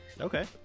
Okay